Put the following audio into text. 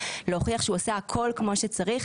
להוכיח שהוא עשה הכול כמו שצריך.